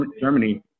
Germany